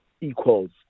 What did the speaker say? equals